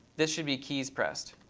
this should be keys pressed,